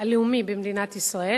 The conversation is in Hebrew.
הלאומי במדינת ישראל,